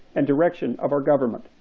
and direction of our government.